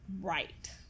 Right